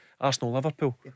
Arsenal-Liverpool